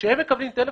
כשהם מקבלים טלפון,